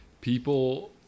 People